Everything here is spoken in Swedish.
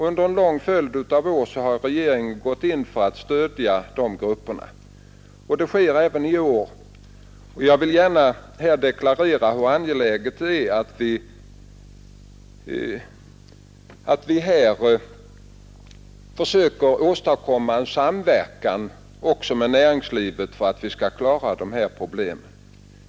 Under en lång följd av år har regeringen också gått in för att stödja de grupperna och gör så även i år. Jag vill gärna här deklarera hur angeläget det är att samverka med näringslivet för att klara de problemen.